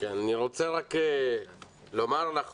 אני רוצה לומר לך,